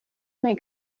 may